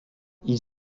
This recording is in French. ils